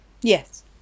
Yes